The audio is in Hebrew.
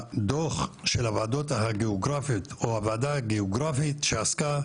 הדוח של הוועדה הגיאוגרפית שעסקה